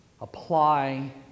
apply